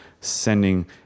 sending